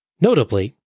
Notably